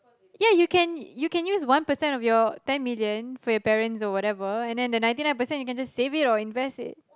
ya you can you can use one percent of your ten million for your parents or whatever and then that ninety nine percent you can just save it or invest it